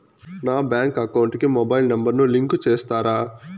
నా bank account కు mobile number ను లింకు చేస్తారా?